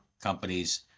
companies